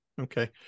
Okay